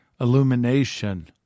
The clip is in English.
illumination